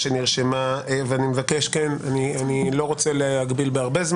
אני לא רוצה להגביל בהרבה,